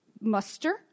Muster